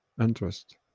interest